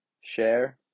share